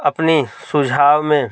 अपनी सुझाव में